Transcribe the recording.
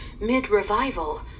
mid-revival